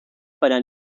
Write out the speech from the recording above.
para